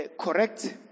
correct